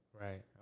right